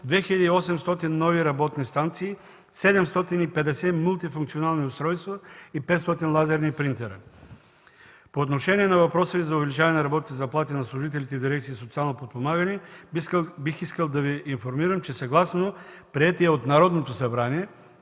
2800 нови работни станции, 750 мултифункционални устройства и 500 лазерни принтера. По отношение на въпроса Ви за увеличаване на работните заплати на служителите в дирекция „Социално подпомагане” бих искал да Ви информирам, че съгласно приетия от Народното събрание